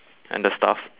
and the stuff